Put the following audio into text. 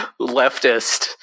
leftist